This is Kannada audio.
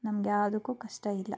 ನಮ್ಗೆ ಯಾವುದಕ್ಕೂ ಕಷ್ಟ ಇಲ್ಲ